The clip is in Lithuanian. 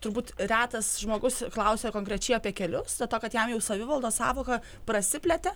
turbūt retas žmogus klausia konkrečiai apie kelius dėl to kad jam jau savivaldos sąvoka prasiplėtė